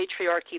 patriarchy